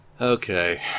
Okay